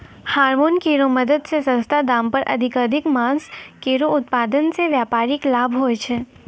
hormone केरो मदद सें सस्ता दाम पर अधिकाधिक मांस केरो उत्पादन सें व्यापारिक लाभ होय छै